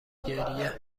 گریه